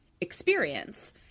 experience